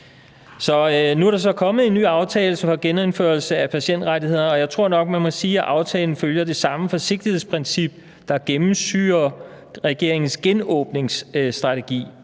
nu er der så kommet en ny aftale om genindførelse af patientrettigheder, og jeg tror nok, at man må sige, at aftalen følger det samme forsigtighedsprincip, der gennemsyrer regeringens genåbningsstrategi.